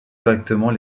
correctement